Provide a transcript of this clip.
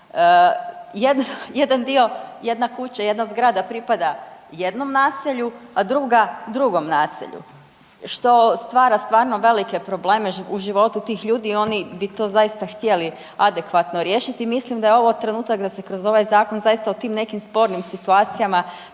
jedan dio, jedna kuća, jedna zgrada pripada jednom naselju, a druga drugom naselju što stvara stvarno velike probleme u životu tih ljudi, oni bi to zaista htjeli adekvatno riješiti i mislim da je ovo trenutak da se kroz ovaj Zakon zaista o tim nekim spornim situacijama povede